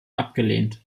abgelehnt